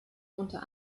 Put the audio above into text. unter